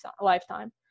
lifetime